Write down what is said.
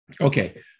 Okay